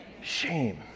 Shame